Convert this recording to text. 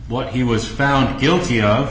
what he was found guilty of